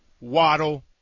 Waddle